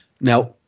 Now